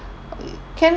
can